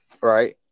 Right